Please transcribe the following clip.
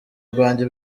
bwanjye